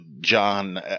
John